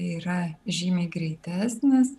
yra žymiai greitesnis